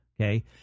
okay